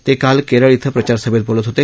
ते काल केरळ इथं प्रचारसभेत बोलत होते